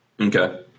Okay